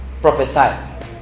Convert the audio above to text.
prophesied